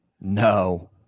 No